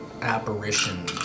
apparition